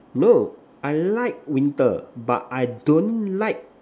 no I like winter but I don't like